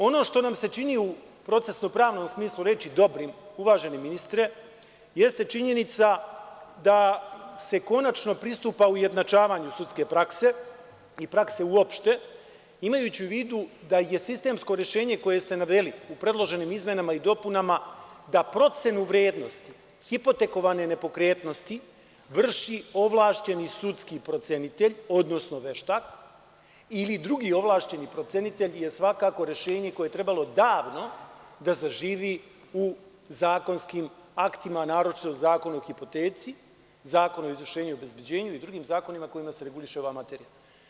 Ono što nam se čini u procesno-pravnom smislu reči dobrim, uvaženi ministre, jeste činjenica da se konačno pristupa ujednačavanju sudske prakse i prakse uopšte, imajući u vidu da je sistemsko rešenje koje ste naveli u predloženim izmenama i dopunama, da procenu vrednosti hipotekovane nepokretnosti vrši ovlašćeni sudski procenitelj, odnosno veštak ili drugi ovlašćeni procenitelj, je svakako rešenje koje je trebalo davno da zaživi u zakonskim aktima, a naročito u Zakonu o hipoteci, Zakonu o izvršenju i obezbeđenju i drugim zakonima kojima se reguliše ova materija.